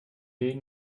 bmw